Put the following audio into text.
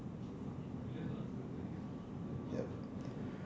yup